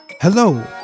Hello